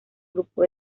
grupo